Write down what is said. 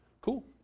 Cool